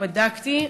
בדקתי,